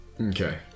Okay